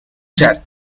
کرد